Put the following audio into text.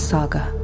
Saga